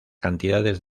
cantidades